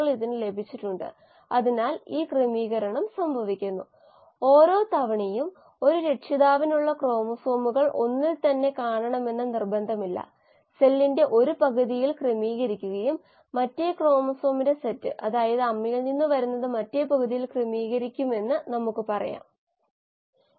റിയാക്ടറിലേക്കുള്ള input stream സംഭവിക്കുകയാണെങ്കിൽ ഇത് ഒരു തുടർച്ചയായ പ്രക്രിയയാണെന്ന് നമുക്ക് പറയാം ഇതിലേക്ക് ഒരു റിയാക്റ്ററിലേക് ഇൻപുട്ട് സ്ട്രീം ഉണ്ട് ഇതിൽ 10 മോളാർ സാന്ദ്രത Bയുടെ 10 മോളാർ സാന്ദ്രത എന്നിവ അടങ്ങിയിരിക്കുന്നു ഈ മോളാർ ഒരു ലിറ്ററിന് മോളുകളല്ലാതെ മറ്റൊന്നുമല്ല ഇത് Aയുടെ സാന്ദ്രത ആണ് Bയുടെയും സാന്ദ്രത